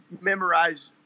memorize